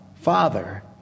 Father